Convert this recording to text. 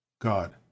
God